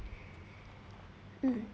mm